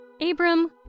Abram